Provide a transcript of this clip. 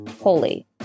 Holy